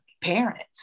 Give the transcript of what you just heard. parents